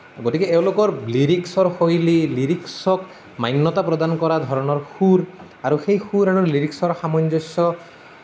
গতিকে এওঁলোকৰ লিৰিক্সৰ শৈলী লিৰিক্সক মান্যতা প্ৰদান কৰা ধৰণৰ সুৰ আৰু সেই সুৰ আৰু লিৰিক্সৰ সামঞ্জস্য়